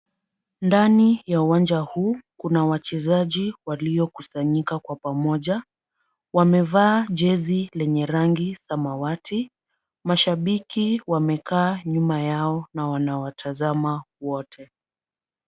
Ndani ya uwanja huu kuna wachezaji waliokusanyika kwa pamoja. Wamevaa jezi lenye rangi ya samawati. Mashabiki wamekaa nyuma yao na wanawatazama wote.